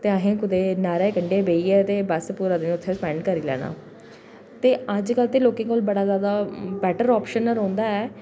ते असें कुतै नैह्रे कंढै बेहियै ते बस पूरा दिन उत्थें फन करी लैना ते अजकल ते लोकें कोल बड़ा ज़ादा बैटर आप्शन रौहंदा ऐ